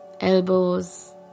elbows